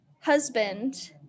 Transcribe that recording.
husband